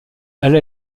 elle